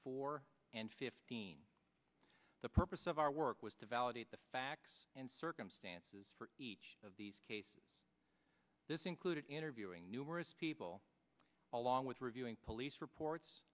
four and fifteen the purpose of our work was to validate the facts and circumstances for each of these cases this included interviewing numerous people along with reviewing police reports